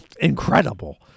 incredible